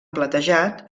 platejat